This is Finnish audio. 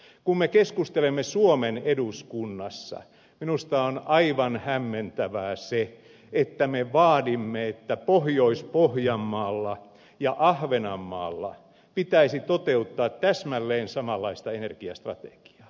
kun me keskustelemme suomen eduskunnassa minusta on aivan hämmentävää se että me vaadimme että pohjois pohjanmaalla ja ahvenanmaalla pitäisi toteuttaa täsmälleen samanlaista energiastrategiaa